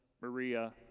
Maria